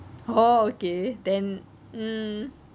oh okay then mm